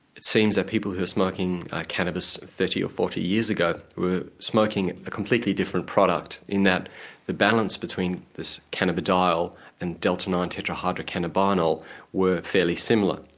it seems that people who were smoking cannabis thirty or forty years ago were smoking a completely different product, in that the balance between this cannabidiol and delta nine tetra hydro cannabidiol were fairly similar.